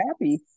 happy